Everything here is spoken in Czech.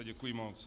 Děkuji moc.